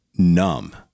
Numb